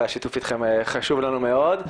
השיתוף אתכם חשוב לנו מאוד.